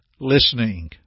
listening